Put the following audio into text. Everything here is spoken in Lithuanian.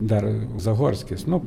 dar zahorskis nu